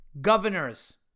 governors